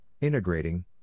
integrating